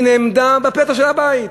היא נעמדה בפתח הבית,